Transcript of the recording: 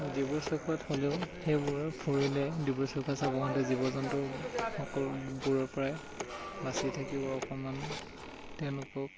ডিব্ৰু চৈখোৱাত হ'লেও সেইবোৰত ফুৰিলে ডিব্ৰু চৈখোৱা চাব আহোঁতে জীৱ জন্তু সকলোবোৰৰ পৰাই বাচি থাকিব অকণমান তেওঁলোকক